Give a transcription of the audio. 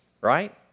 right